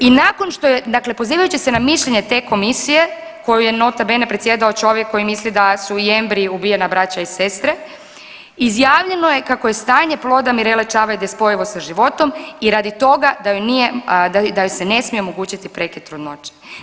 I nakon što je dakle pozivajući se na mišljenje te komisije kojoj je nota bene predsjedao čovjek koji misli i embriji ubijena braća i sestre, izjavljeno je kako stanje ploda Mirele Čavajde spojivo sa životom i radi toga da joj da joj se ne smije omogućiti prekid trudnoće.